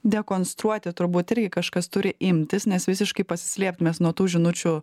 dekonstruoti turbūt irgi kažkas turi imtis nes visiškai pasislėpt mes nuo tų žinučių